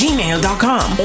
Gmail.com